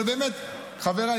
בג"ץ.